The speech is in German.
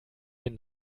den